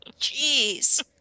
Jeez